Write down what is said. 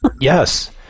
Yes